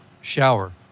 shower